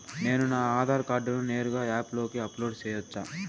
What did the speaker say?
నేను నా ఆధార్ కార్డును నేరుగా యాప్ లో అప్లోడ్ సేయొచ్చా?